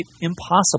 impossible